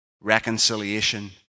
Reconciliation